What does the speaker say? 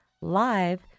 live